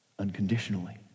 Unconditionally